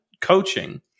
coaching